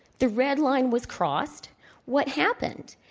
the red line was crossed what happened?